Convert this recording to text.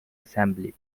assembly